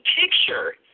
picture